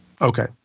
Okay